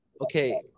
okay